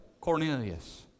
Cornelius